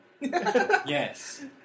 Yes